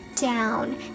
Down